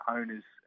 Owners